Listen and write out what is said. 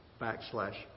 backslash